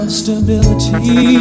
stability